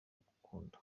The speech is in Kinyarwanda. gukunda